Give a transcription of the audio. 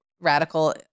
radical